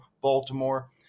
Baltimore